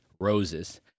roses